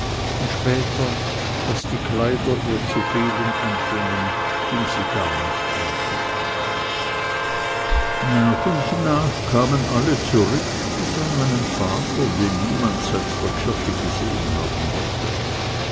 und später als die kleider ihr zu fehlen anfingen ging sie gar nicht mehr hin nach und nach kamen sie alle zurück bis an meinen vater den niemand seit der kirche gesehen haben wollte